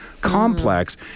complex